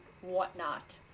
whatnot